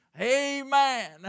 Amen